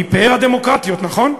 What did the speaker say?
היא פאר הדמוקרטיות, נכון?